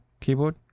keyboard